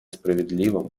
справедливым